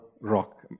rock